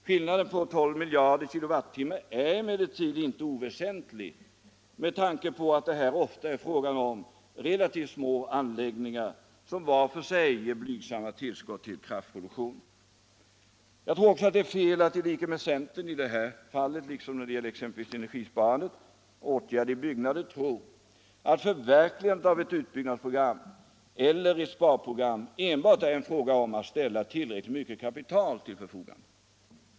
Skillnaden på 12 miljarder kWh är emellertid inte oväsentlig, med tanke på att det här ofta är fråga om relativt små anläggningar som var för sig ger blygsamma tillskott till kraftproduktionen. Jag tror också att det är fel att i likhet med centern i det här fallet, liksom när det gäller exempelvis energisparandet i form av åtgärder i byggnader, tro att förverkligandet av ett utbyggnadsprogram eller ett sparprogram enbart är en fråga om att ställa tillräckligt mycket kapital till förfogande.